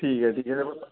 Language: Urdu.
ٹھیک ہے ٹھیک ہے